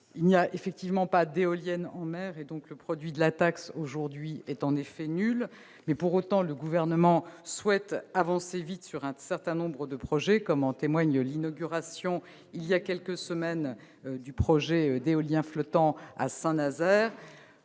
Il n'y a effectivement pas d'éoliennes en mer, donc le produit de la taxe aujourd'hui est nul. Pour autant, le Gouvernement souhaite avancer vite sur un certain nombre de projets, comme en témoigne l'inauguration, voilà quelques semaines, du projet de parc éolien flottant à Saint-Nazaire.